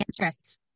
interest